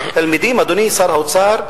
אדוני שר האוצר,